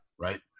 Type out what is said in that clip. Right